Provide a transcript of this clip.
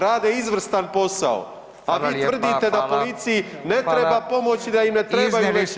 Rade izvrstan posao, a vi tvrdite da policiji ne treba pomoć i da im ne trebaju